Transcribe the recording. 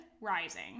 rising